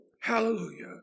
hallelujah